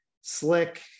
slick